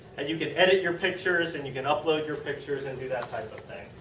and you can edit your pictures and you can upload your pictures and do that type of things.